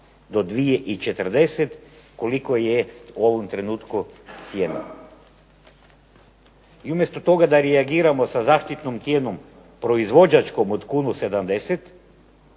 do 2,40 koliko jest u ovom trenutku cijena. I umjesto toga da reagiramo sa zaštitnom cijenom, proizvođačkom od kunu 70